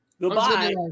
Goodbye